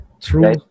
True